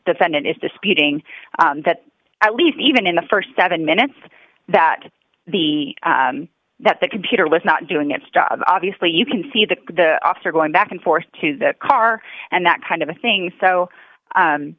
defendant is disputing that at least even in the st seven minutes that the that the computer was not doing its job obviously you can see that the officer going back and forth to the car and that kind of a thing so